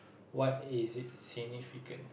what is it significant